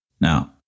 Now